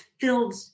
filled